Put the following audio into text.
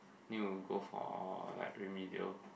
you go for like remedies